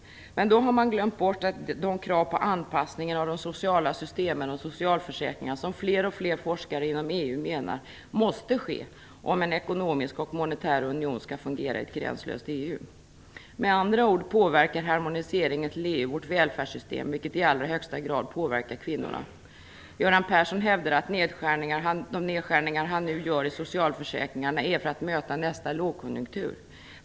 Men då har man glömt bort de krav på anpassningen av de sociala systemen och socialförsäkringarna som fler och fler forskare inom EU menar måste ske, om en ekonomisk och en monetär union skall fungera inom ett gränslöst EU. Med andra ord påverkar harmoniseringen till EU vårt välfärdssystem, vilket i alla högsta grad påverkar kvinnorna. Göran Persson hävdar att de nedskärningar han nu gör i socialförsäkringarna görs för att möta nästa lågkonjunktur.